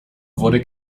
wurde